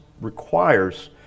requires